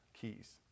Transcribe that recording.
keys